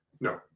No